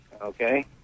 okay